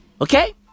Okay